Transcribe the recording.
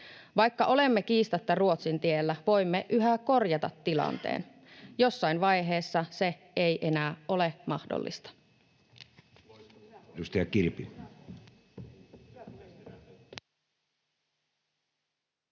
Vaikka olemme kiistatta Ruotsin tiellä, voimme yhä korjata tilanteen. Jossain vaiheessa se ei enää ole mahdollista.